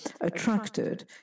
attracted